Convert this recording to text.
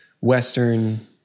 western